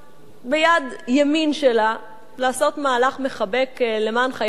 ביד ימין שלה לעשות מהלך מחבק למען חייל אחד.